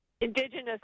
indigenous